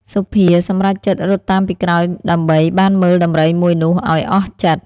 សុភាសម្រេចចិត្តរត់តាមពីក្រោយដើម្បីបានមើលដំរីមួយនោះឱ្យអស់ចិត្ត ។